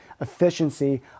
efficiency